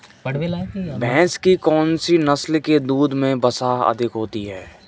भैंस की कौनसी नस्ल के दूध में वसा अधिक होती है?